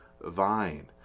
vine